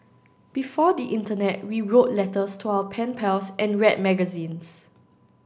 before the internet we wrote letters to our pen pals and read magazines